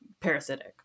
parasitic